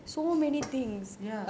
ya